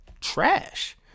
trash